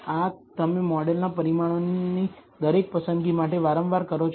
આ તમે મોડેલના પરિમાણોની દરેક પસંદગી માટે વારંવાર કરો છો